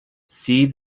see